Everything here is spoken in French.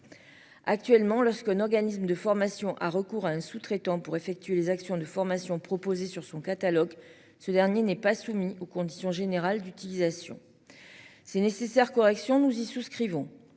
Actuellement, lorsqu'un organisme de formation a recours à un sous-traitant pour effectuer les actions de formation proposée sur son catalogue. Ce dernier n'est pas soumis aux conditions générales d'utilisation. C'est nécessaire correction nous y souscrivons